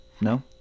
No